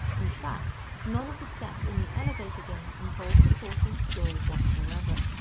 in fact, none of the steps in the elevator game involve the fourteenth floor whatsoever.